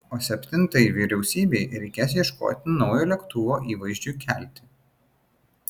o septintajai vyriausybei reikės ieškoti naujo lėktuvo įvaizdžiui kelti